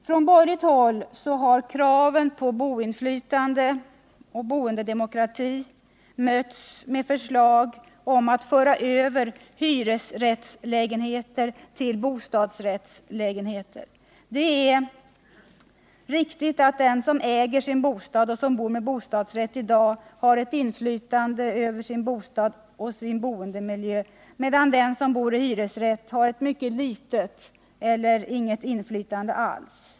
Från borgerligt håll har kraven på boendeinflytande och boendedemokrati mötts med förslag om att föra över hyresrätter till bostadsrätter. Det är riktigt att den som äger sin bostad eller som bor med bostadsrätt i dag har ett inflytande över sin bostad och sin boendemiljö, medan den som bor med hyresrätt har ett ytterst litet eller inget inflytande alls.